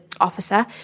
officer